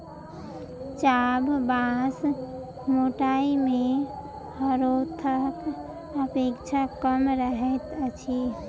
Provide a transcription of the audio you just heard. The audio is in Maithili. चाभ बाँस मोटाइ मे हरोथक अपेक्षा कम रहैत अछि